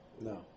no